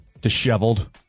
disheveled